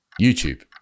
YouTube